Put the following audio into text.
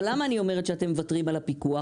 אבל למה אני אומרת שאתם מוותרים על הפיקוח